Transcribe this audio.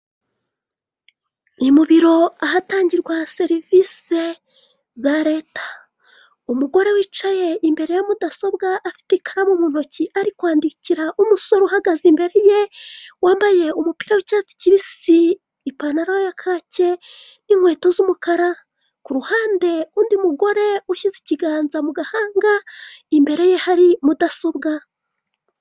Ni mu biro ahatangirwa serivisi za Leta. Umugore wicaye imbere ya mudasobwa afite ikaramu mu ntoki arikwandikira umusore uhagaze imbere ye, wambaye umupira w'icyatsi kibisi, ipantaro ya kacye n'inkweto z'umukara. Ku ruhande undi mugore ushyize ikiganza mu gahanga, imbere ye hari mudasobwa.